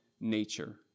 nature